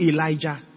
Elijah